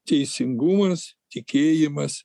teisingumas tikėjimas